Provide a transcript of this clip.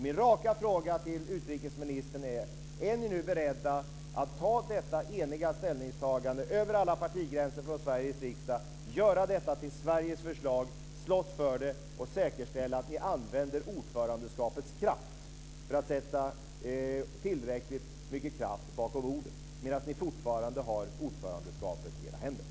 Min raka fråga till utrikesministern är: Är ni nu beredda att ta detta eniga ställningstagande över alla partigränser från Sveriges riksdag och göra det till Sveriges förslag, slåss för det och säkerställa att ni använder ordförandeskapets kraft för att sätta tillräckligt mycket kraft bakom ordet medan ni fortfarande har ordförandeskapet i era händer?